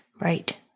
Right